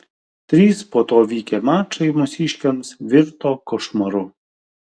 trys po to vykę mačai mūsiškiams virto košmaru